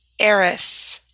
eris